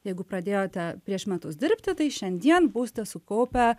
jeigu pradėjote prieš metus dirbti tai šiandien būsite sukaupę